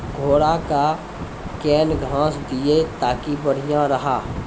घोड़ा का केन घास दिए ताकि बढ़िया रहा?